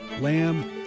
lamb